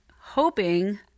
hoping